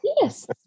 Yes